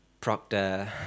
Proctor